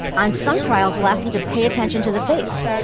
on some trials, we'll ask them to pay attention to the face.